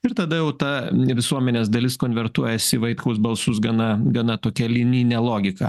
ir tada jau ta visuomenės dalis konvertuojasi į vaitkaus balsus gana gana tokia linijine logika